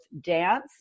dance